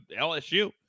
LSU